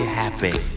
happy